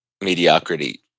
mediocrity